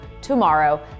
tomorrow